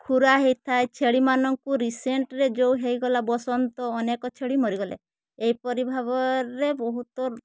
ଖୁରା ହେଇଥାଏ ଛେଳିମାନଙ୍କୁ ରିସେଣ୍ଟରେ ଯେଉଁ ହେଇଗଲା ବସନ୍ତ ଅନେକ ଛେଳି ମରିଗଲେ ଏହିପରି ଭାବରେ ବହୁତ